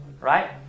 Right